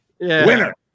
Winner